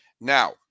Now